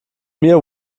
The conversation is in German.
mir